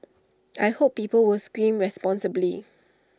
I hope people will scream responsibly